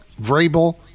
Vrabel